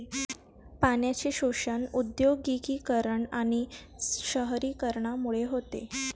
पाण्याचे शोषण औद्योगिकीकरण आणि शहरीकरणामुळे होते